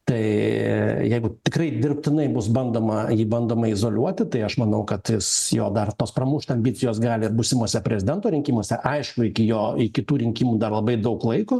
tai jeigu tikrai dirbtinai bus bandoma jį bandoma izoliuoti tai aš manau kad jis jo dar tos pramušt ambicijos gali ir būsimuose prezidento rinkimuose aišku iki jo iki tų rinkimų dar labai daug laiko